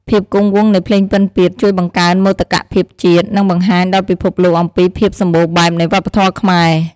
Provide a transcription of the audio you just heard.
ភាពគង់វង្សនៃភ្លេងពិណពាទ្យជួយបង្កើនមោទកភាពជាតិ និងបង្ហាញដល់ពិភពលោកអំពីភាពសម្បូរបែបនៃវប្បធម៌ខ្មែរ។